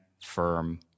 firm